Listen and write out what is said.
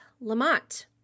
Lamont